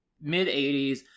mid-80s